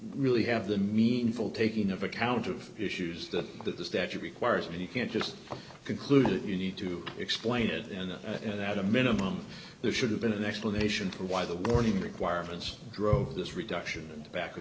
really have the meaningful taking of account of issues that that the statute requires and you can't just conclude that you need to explain it and that a minimum there should have been an explanation for why the warning requirements drove this reduction and back